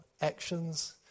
actions